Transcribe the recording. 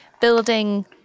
building